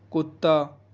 کتا